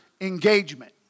engagement